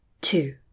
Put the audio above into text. Two